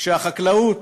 כשהחקלאות